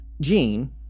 Gene